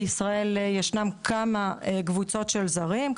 בישראל ישנן כמה קבוצות של זרים,